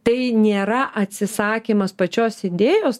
tai nėra atsisakymas pačios idėjos